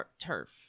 turf